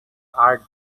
art